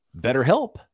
BetterHelp